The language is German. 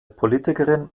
politikerin